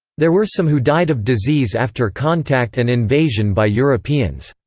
there were some who died of disease after contact and invasion by europeans.